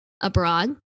abroad